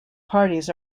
parties